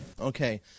Okay